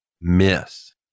miss